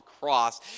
cross